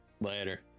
Later